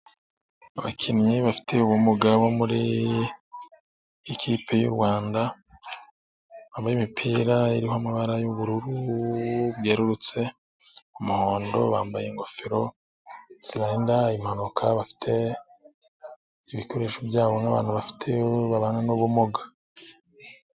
Abakinnyi bafite ubumuga bo mu ikipe y'u Rwanda , imipira iriho amabara yubururu bwerurutse,n' umuhondo. Bambaye ingofero zirinda impanuka, bafite ibikoresho byabo nk'abantu babana n'ubumuga.